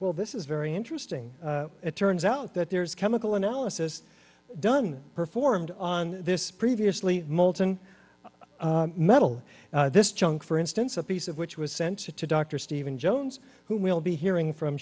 well this is very interesting it turns out that there is chemical analysis done performed on this previously molten metal this junk for instance a piece of which was sent to dr stephen jones who we'll be hearing from